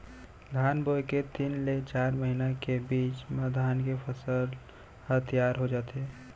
धान बोए के तीन ले चार महिना के बीच म धान के फसल ह तियार हो जाथे